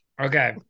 Okay